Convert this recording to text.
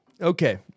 Okay